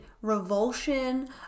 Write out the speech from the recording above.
revulsion